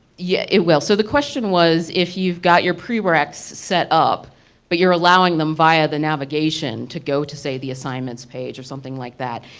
yeah, it will. so the question was if you've got your pre-way access set up but you're allowing them via the navigation to go to say the assignment page or something like that.